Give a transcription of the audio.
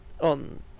on